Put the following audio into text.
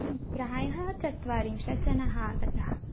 प्रायः चत्वारिंशत् जनाः आगताः